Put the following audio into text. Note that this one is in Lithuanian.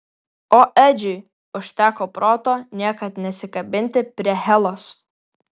o edžiui užteko proto niekad nesikabinti prie helos